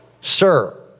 sir